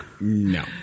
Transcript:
No